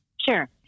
Sure